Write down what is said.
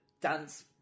dance